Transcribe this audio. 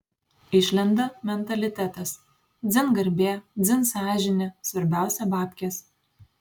išlenda mentalitetas dzin garbė dzin sąžinė svarbiausia babkės